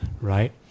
right